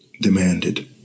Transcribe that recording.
demanded